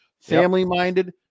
family-minded